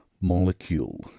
molecule